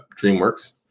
dreamworks